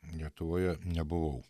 lietuvoje nebuvau